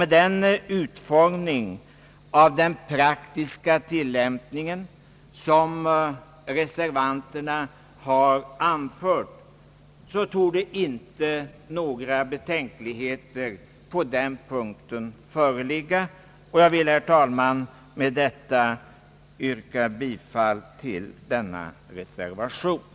Med den utformning av den praktiska tillämpningen som reservanterna har föreslagit torde inte några betänkligheter på den punkten föreligga. Jag vill, herr talman, med det anförda senare yrka bifall till reservationen.